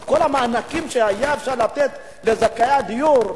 את כל המענקים שהיה אפשר לתת לזכאי הדיור,